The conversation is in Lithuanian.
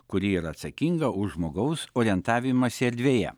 kuri yra atsakinga už žmogaus orientavimąsi erdvėje